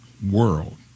world